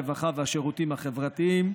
הרווחה והשירותים החברתיים,